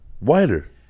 Wider